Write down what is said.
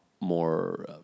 more